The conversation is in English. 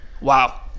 Wow